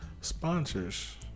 sponsors